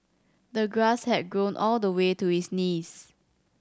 the grass had grown all the way to his knees